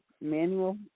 Manual